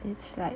it's like